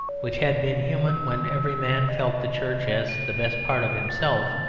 which had been human when every man felt the church as the best part of himself,